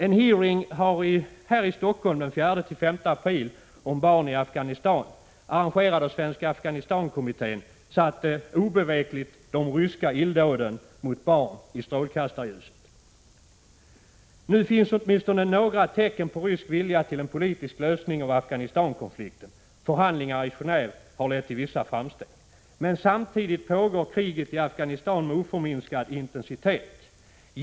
En hearing här i Stockholm den 4-5 april, arrangerad av Svenska Afghanistankommittén, satte obevekligt de ryska illdåden mot barn i strålkastarljuset. Nu finns åtminstone några tecken på rysk vilja till en politisk lösning av Afghanistankonflikten. Förhandlingar i Geneve har lett till vissa framsteg. Men samtidigt pågår kriget i Afghanistan med oförminskad intensitet.